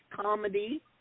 comedy